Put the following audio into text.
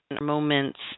moments